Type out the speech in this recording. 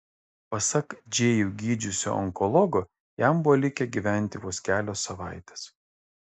pasak džėjų gydžiusio onkologo jam buvo likę gyventi vos kelios savaitės